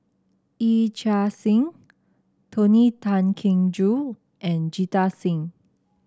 Yee Chia Hsing Tony Tan Keng Joo and Jita Singh